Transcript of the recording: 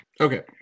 Okay